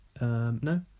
No